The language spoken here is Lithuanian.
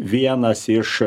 vienas iš